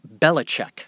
Belichick